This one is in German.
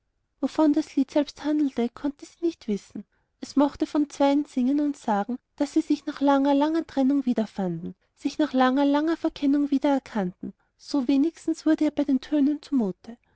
wovon das lied selbst handelte konnte sie nicht wissen es mochte von zweien singen und sagen die sich nach langer langer trennung wiederfanden sich nach langer langer verkennung wiedererkannten so wenigstens wurde ihr bei den tönen zumute